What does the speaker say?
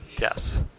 Yes